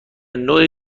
نوع